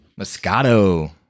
Moscato